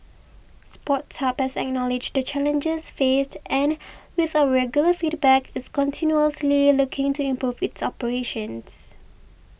Sports Hub has acknowledged the challenges faced and with our regular feedback is continuously looking to improve its operations